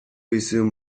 bizidun